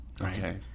Okay